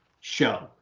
show